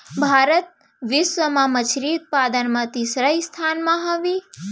भारत बिश्व मा मच्छरी उत्पादन मा तीसरा स्थान मा हवे